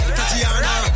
Tatiana